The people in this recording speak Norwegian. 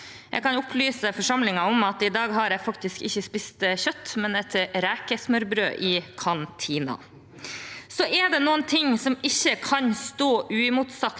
Jeg kan opplyse forsamlingen om at i dag har jeg faktisk ikke spist kjøtt, men et rekesmørbrød i kantinen. Så er det noe som ikke kan stå uimotsagt